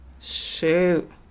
Shoot